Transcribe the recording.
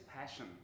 passion